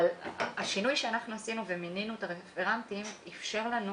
השינוי שעשינו במינוי הרפרנטים אפשר לנו